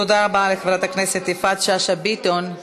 תודה רבה לחברת הכנסת יפעת שאשא ביטון.